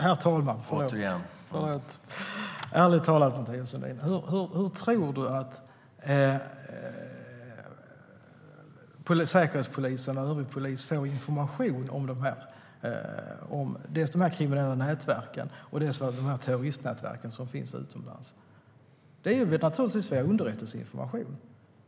Herr talman! Ärligt talat, hur tror Mathias Sundin att säkerhetspolisen och övrig polis får information om dels de kriminella nätverken, dels de terroristnätverk som finns utomlands? Det är naturligtvis via underrättelseinformation.